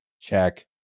Check